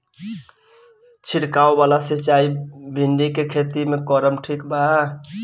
छीरकाव वाला सिचाई भिंडी के खेती मे करल ठीक बा?